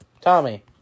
Tommy